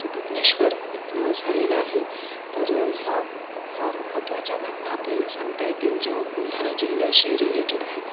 बुदनेश्वर इथून झालेला आहे तर ह्या फार महत्वाच्या घटना आपल्याला सांगता येतील ज्या बुलढाण्या जिल्ह्याशी रिलेटेड आहेत